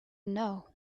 know